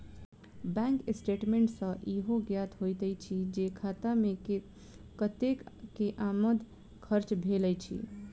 bank statement सॅ ईहो ज्ञात होइत अछि जे खाता मे कतेक के आमद खर्च भेल अछि